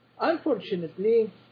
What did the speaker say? Unfortunately